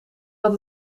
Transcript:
dat